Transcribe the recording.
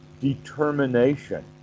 determination